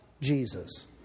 Jesus